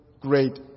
great